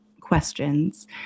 questions